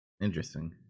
interesting